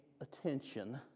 attention